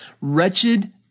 wretched